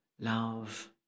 Love